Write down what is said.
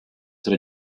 tre